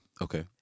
Okay